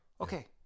Okay